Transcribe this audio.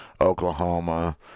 Oklahoma